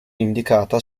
indicata